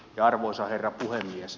arvoisa herra puhemies